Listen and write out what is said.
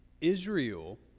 Israel